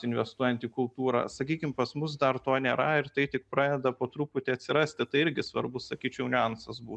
investuojant į kultūra sakykim pas mus dar to nėra ir tai tik pradeda po truputį atsirasti tai irgi svarbus sakyčiau niuansas būtų